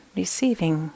receiving